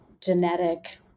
genetic